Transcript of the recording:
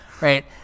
Right